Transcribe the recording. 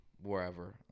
wherever